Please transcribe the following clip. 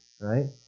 right